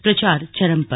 प्रचार चरम पर